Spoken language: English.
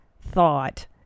thought